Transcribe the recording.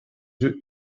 yeux